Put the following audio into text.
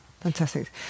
fantastic